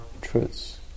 truths